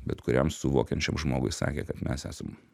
bet kuriam suvokiančiam žmogui sakė kad mes esam